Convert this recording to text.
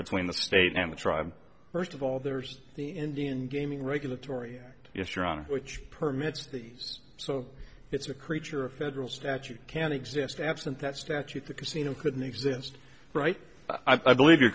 between the state and the tribe first of all there's the indian gaming regulatory act yes your honor which permits these so it's a creature a federal statute can exist absent that statute the casino couldn't exist right i believe you're